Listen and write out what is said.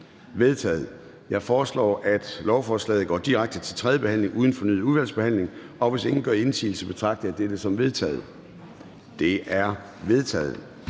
Jeg foreslår, at lovforslaget går direkte til tredje behandling uden fornyet udvalgsbehandling. Hvis ingen gør indsigelse, betragter jeg dette som vedtaget. Det er vedtaget.